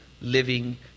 living